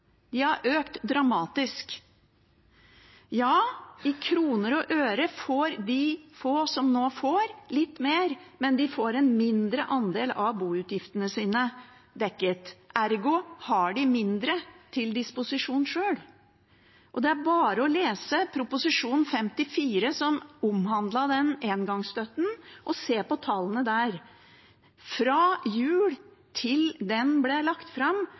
De har økt dramatisk. Ja, i kroner og øre får de få som nå får, litt mer, men de får en mindre andel av boutgiftene sine dekket, ergo har de mindre til disposisjon sjøl. Det er bare å lese Prop. 54 S for 2018–2019, som omhandlet engangsstøtten, og se på tallene der. Fra jul til den ble lagt fram,